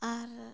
ᱟᱨ